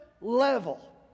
level